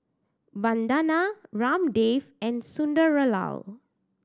Vandana Ramdev and Sunderlal